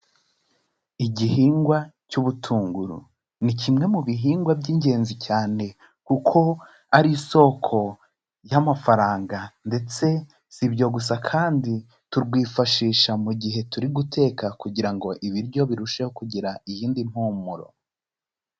Igihingwa cy'ubutunguru, ni kimwe mu bihingwa by'ingenzi cyane kuko ari isoko y'amafaranga ndetse si ibyo gusa kandi turwifashisha mu gihe turi guteka kugira ngo ibiryo birusheho kugira iyindi mpumuro.